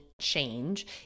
change